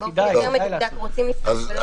באופן יותר מדוקדק רוצים לפתוח ולא רוצים לפתוח.